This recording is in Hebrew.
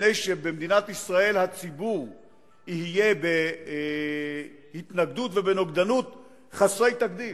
מפני שבמדינת ישראל הציבור יהיה בהתנגדות ובנוגדנות חסרות תקדים.